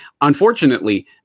unfortunately